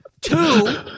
two